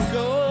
go